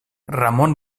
ramon